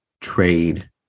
trade